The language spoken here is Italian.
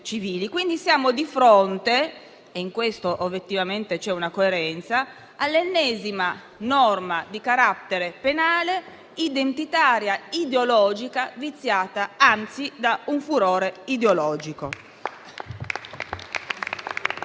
civili. Siamo di fronte - e in questo obiettivamente c'è una coerenza - all'ennesima norma di carattere penale identitaria e ideologica, viziata anzi da un furore ideologico.